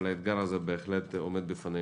אבל האתגר הזה בהחלט עומד לפנינו.